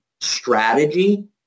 strategy